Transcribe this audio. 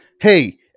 hey